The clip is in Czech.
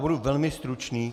Budu velmi stručný.